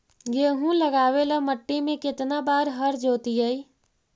गेहूं लगावेल मट्टी में केतना बार हर जोतिइयै?